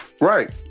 Right